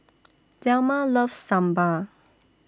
Delma loves Sambal